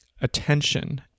attention